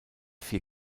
vier